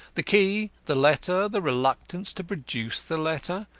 the key, the letter, the reluctance to produce the letter,